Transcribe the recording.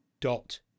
dot